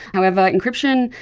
however, encryption,